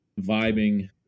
vibing